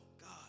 God